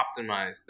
optimized